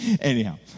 anyhow